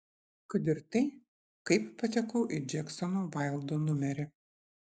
kad ir tai kaip patekau į džeksono vaildo numerį